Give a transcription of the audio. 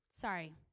Sorry